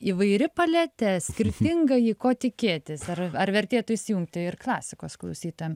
įvairi paletė skirtinga jį ko tikėtis ar ar vertėtų įsijungti ir klasikos klausytojam